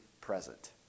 present